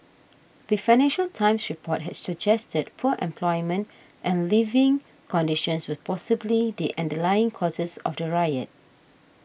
the Financial Times report had suggested poor employment and living conditions were possibly the underlying causes of the riot